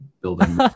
building